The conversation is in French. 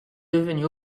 devenu